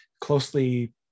closely